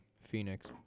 Phoenix